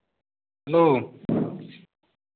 hello